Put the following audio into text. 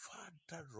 Father